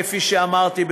כפי שאמרתי,